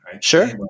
Sure